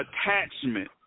attachment